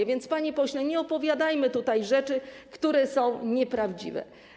A więc, panie pośle, nie opowiadajmy tutaj rzeczy, które są nieprawdziwe.